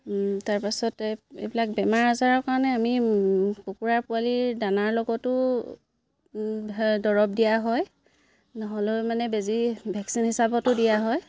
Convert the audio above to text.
তাৰপাছত এইবিলাক বেমাৰ আজাৰৰ কাৰণে আমি কুকুৰা পোৱালিৰ দানাৰ লগতো দৰব দিয়া হয় নহ'লেও মানে বেজী ভেকচিন হিচাপতো দিয়া হয়